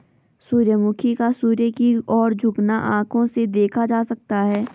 सूर्यमुखी का सूर्य की ओर झुकना आंखों से देखा जा सकता है